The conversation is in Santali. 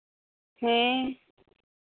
ᱦᱮᱸ